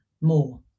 more